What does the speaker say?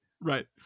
Right